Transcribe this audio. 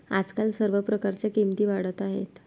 आजकाल सर्व प्रकारच्या किमती वाढत आहेत